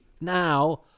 now